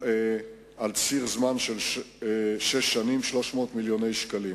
בשש שנים, 300 מיליון שקלים,